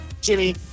Jimmy